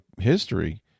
history